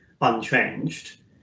unchanged